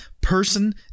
person